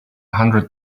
hundred